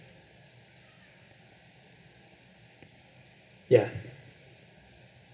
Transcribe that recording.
ya